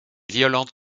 violente